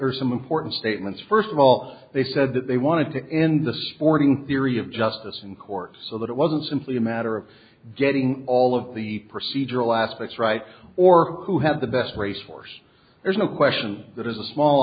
or some important statements first of all they said that they wanted to end the sporting theory of justice in court so that it wasn't simply a matter of getting all of the procedural aspects right or who have the best race for us there's no question that as a small